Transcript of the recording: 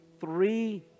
three